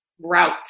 route